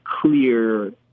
clear